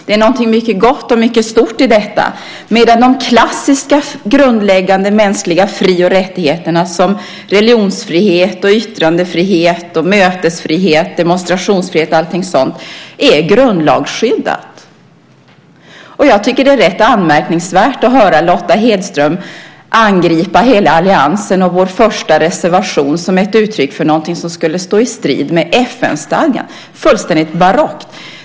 Det är någonting mycket gott och mycket stort i detta, medan de klassiska grundläggande mänskliga fri och rättigheterna såsom religionsfrihet, yttrandefrihet, mötesfrihet, demonstrationsfrihet och allt sådant är grundlagsskyddade. Jag tycker att det är rätt anmärkningsvärt att höra Lotta Hedström angripa hela alliansen och vår första reservation som ett uttryck för någonting som står i strid med FN-stadgan. Det är fullständigt barockt!